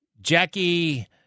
Jackie